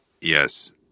Yes